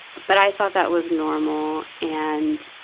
but i thought that was normal. and,